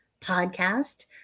podcast